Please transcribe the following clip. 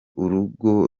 urugo